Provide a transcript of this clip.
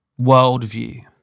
worldview